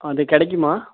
அது கிடைக்குமா